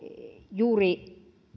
juuri